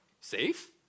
safe